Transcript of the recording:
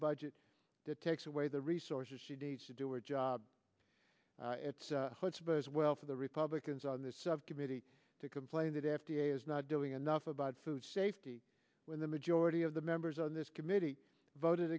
budget that takes away the resources she needs to do our job hunts bodes well for the republicans on this subcommittee to complain that f d a is not doing enough about food safety when the majority of the members on this committee voted